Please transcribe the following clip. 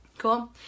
cool